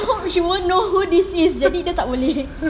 I hope she won't know who this is jadi dia tak boleh